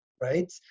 right